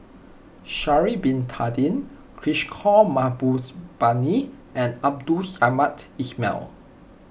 Sha'ari Bin Tadin Kishore Mahbubani and Abdul Samad Ismail